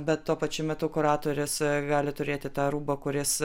bet tuo pačiu metu kuratorius gali turėti tą rūbą kuris